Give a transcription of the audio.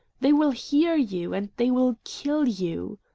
they will hear you, and they will kill you.